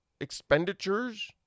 expenditures